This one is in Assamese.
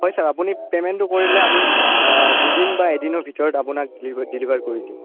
হয় ছাৰ আপুনি পে'মেণ্টটো কৰিলে আমি দুদিন বা এদিনৰ ভিতৰত আপোনাক ডিলিভাৰ ডেলিভাৰ কৰি দিম